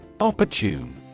Opportune